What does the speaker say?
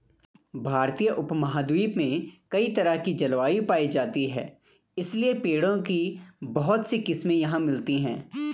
भारतीय उपमहाद्वीप में कई तरह की जलवायु पायी जाती है इसलिए पेड़ों की बहुत सी किस्मे यहाँ मिलती हैं